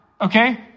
okay